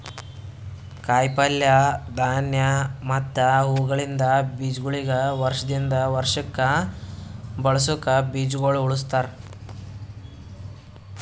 ಕಾಯಿ ಪಲ್ಯ, ಧಾನ್ಯ ಮತ್ತ ಹೂವುಗೊಳಿಂದ್ ಬೀಜಗೊಳಿಗ್ ವರ್ಷ ದಿಂದ್ ವರ್ಷಕ್ ಬಳಸುಕ್ ಬೀಜಗೊಳ್ ಉಳುಸ್ತಾರ್